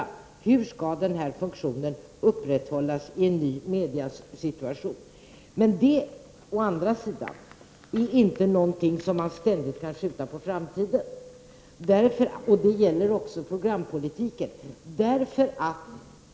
Vi måste då ta ställning till hur denna funktion skall upprätthållas i en ny mediesituation. Men å andra sidan är det inte något som man ständigt kan skjuta på framtiden. Det gäller även programpolitiken.